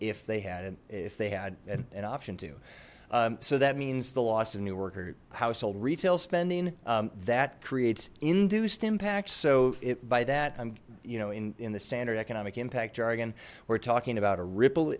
if they had if they had an option to so that means the loss of new worker household retail spending that creates induced impact so it by that i'm you know in the standard economic impact jargon we're talking about a ripple